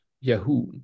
Yahoo